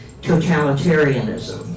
totalitarianism